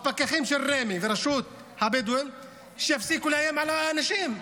שהפקחים של רמ"י ורשות הבדואים יפסיקו לאיים על האנשים.